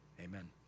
Amen